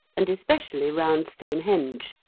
and especially round stonehenge,